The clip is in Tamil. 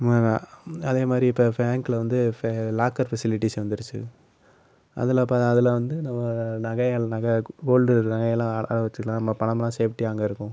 அதே மாதிரி இப்போ பேங்க்ல வந்து பே லாக்கர் ஃபெசிலிட்டிஸ் வந்துருச்சு அதில் ப அதில் வந்து ந நகைகள் நகை கோல்டு நகையெல்லாம் அதில் அதில் வச்சிக்கலாம் நம்ம பணம்லாம் சேஃப்ட்டியாக அங்கே இருக்கும்